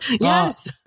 Yes